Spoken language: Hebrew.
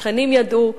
השכנים ידעו.